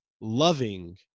loving